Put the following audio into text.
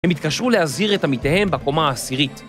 הם התקשרו להזהיר את עמיתיהם בקומה העשירית.